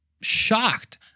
shocked